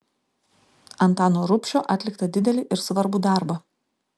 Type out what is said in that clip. antano rubšio atliktą didelį ir svarbų darbą